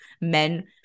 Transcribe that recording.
men